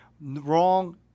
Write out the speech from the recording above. Wrong